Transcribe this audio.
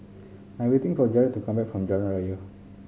I'm waiting for Jarrett to come back from Jalan Raya